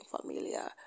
familiar